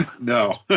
No